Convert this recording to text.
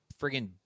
friggin